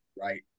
right